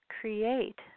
create